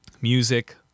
music